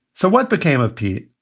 so what became of pete?